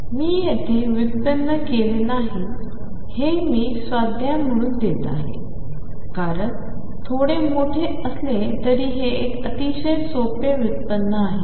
मी येथे व्युत्पन्न केले नाही हे मी स्वाध्याय म्हून देत आहे कारण थोडे मोठे असले तरी हे एक अतिशय सोपे व्युत्पन्न आहे